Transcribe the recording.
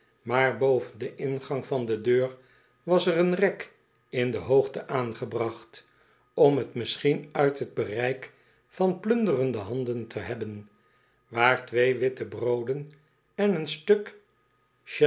maar boven den ingang van de deur was er een rek in de hoogte aangebracht om t misschien uit t bereik van plunderende handen te hebben waar twee witte brooden en een groot stuk